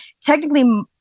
technically